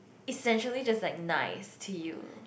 essentially just like nice to you